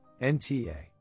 nta